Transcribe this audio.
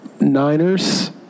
Niners